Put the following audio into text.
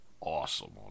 awesome